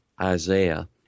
isaiah